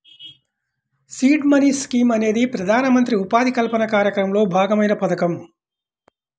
seed money scheme అనేది ప్రధానమంత్రి ఉపాధి కల్పన కార్యక్రమంలో భాగమైన పథకం